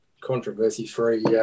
controversy-free